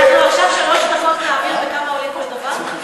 אנחנו עכשיו שלוש דקות נעביר בכמה עולה כל דבר?